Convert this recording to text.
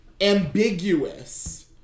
ambiguous